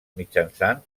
mitjançant